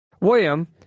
William